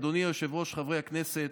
אדוני היושב-ראש, חברי הכנסת,